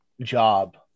job